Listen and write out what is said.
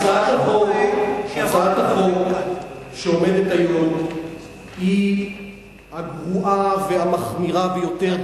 הצעת החוק שעומדת היום היא הגרועה והמחמירה ביותר,